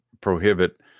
prohibit